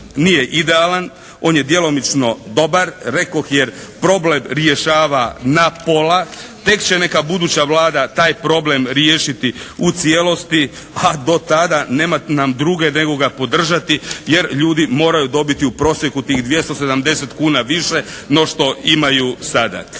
nije idealan, on je djelomično dobar rekoh jer problem rješava na pola, tek će neka buduća Vlada taj problem riješiti u cijelosti a do tada nema nam druge nego ga podržati jer ljudi moraju dobiti u prosjeku ih 270 kuna više no što imaju sada.